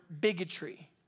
bigotry